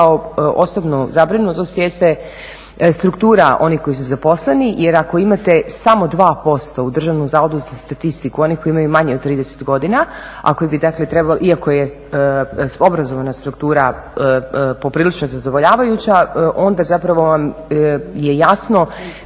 kao osobnu zabrinutost jeste struktura onih koji su zaposleni jer ako imate samo 2% u Državnom zavodu za statistiku onih koji imaju manje od 30 godina, a koji bi dakle trebali, iako je obrazovana struktura poprilično zadovoljavajuća, onda zapravo vam je jasno